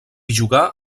jugà